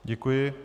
Děkuji.